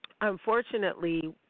unfortunately